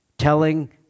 telling